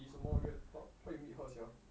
你这么约她 how you meet her sia